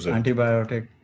antibiotic